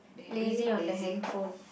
lazy on the handphone